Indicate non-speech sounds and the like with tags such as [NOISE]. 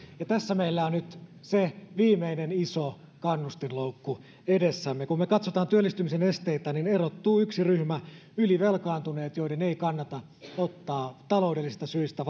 ja tässä meillä on nyt se viimeinen iso kannustinloukku edessämme kun me katsomme työllistymisen esteitä niin erottuu yksi ryhmä ylivelkaantuneet joiden ei kannata ottaa työtä vastaan taloudellisista syistä [UNINTELLIGIBLE]